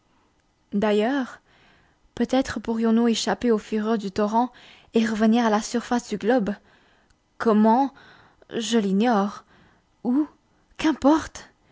d'ailleurs peut-être pourrions-nous échapper aux fureurs du torrent et revenir à la surface du globe comment je l'ignore où qu'importe